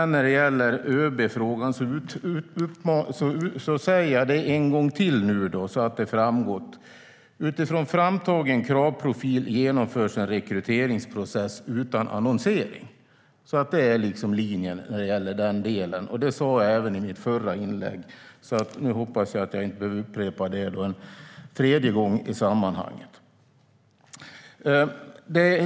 När det gäller ÖB-frågan säger jag nu en gång till så att det framgår: Utifrån framtagen kravprofil genomförs en rekryteringsprocess utan annonsering. Det är linjen när det gäller den delen. Det sa jag även i mitt förra inlägg. Nu hoppas jag att jag inte behöver upprepa det en tredje gång i sammanhanget.